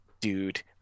dude